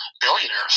billionaires